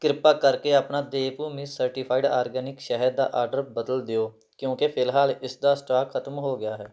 ਕ੍ਰਿਪਾ ਕਰਕੇ ਆਪਣਾ ਦੇਵਭੂਮੀ ਸਰਟੀਫਾਈਡ ਆਰਗੈਨਿਕ ਸ਼ਹਿਦ ਦਾ ਆਰਡਰ ਬਦਲ ਦਿਓ ਕਿਉਂਕਿ ਫਿਲਹਾਲ ਇਸ ਦਾ ਸਟਾਕ ਖ਼ਤਮ ਹੋ ਗਿਆ ਹੈ